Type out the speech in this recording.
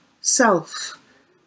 self